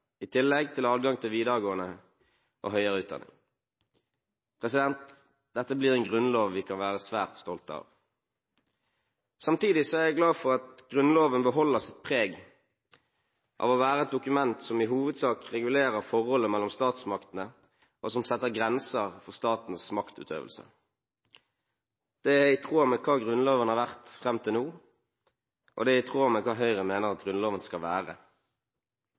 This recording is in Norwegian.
i tillegg til adgang til videregående og høyere utdanning. Dette blir en grunnlov vi kan være svært stolte av. Samtidig er jeg glad for at Grunnloven beholder sitt preg av å være et dokument som i hovedsak regulerer forholdet mellom statsmaktene, og som setter grenser for statens maktutøvelse. Det er i tråd med hva Grunnloven har vært fram til nå, og det er i tråd med hva Høyre mener at Grunnloven skal være.